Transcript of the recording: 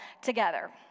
Together